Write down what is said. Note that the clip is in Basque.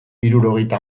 hirurogeita